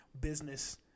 business